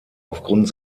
aufgrund